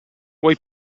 vuoi